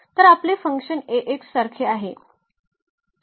तर आपले फंक्शन सारखे आहे